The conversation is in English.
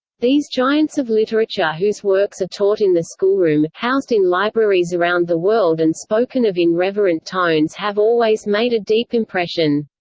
these giants of literature whose works are taught in the schoolroom, housed in libraries around the world and spoken of in reverent tones have always made a deep impression.